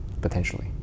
potentially